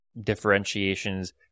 differentiations